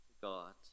God